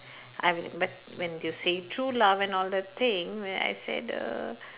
I w~ but when you say true love and all that thing and I said uh